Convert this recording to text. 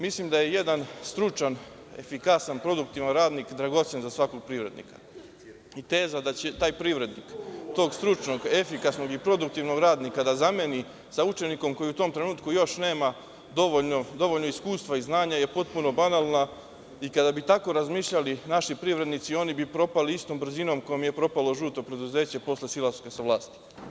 Mislim da je jedan stručan, efikasan, produktivan radnik dragocen za svakog privrednika i teza da će taj privrednik tog stručnog, efikasnog i produktivnog radnika da zameni sa učenikom koji u tom trenutku još nema dovoljno iskustva i znanja je potpuno banalna i kada bi tako razmišljali naši privrednici oni bi propali istom brzinom kojom je propalo žuto preduzeće posle silaska sa vlasti.